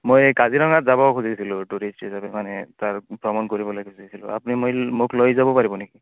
মই কাজিৰঙা যাব খুজিছিলোঁ টুৰিষ্ট হিচাপে মানে তাৰ ভ্ৰমণ কৰিবলৈ খুজিছিলো আপুনি মোক লৈ যাব পাৰিব নেকি